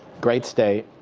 great state.